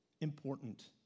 important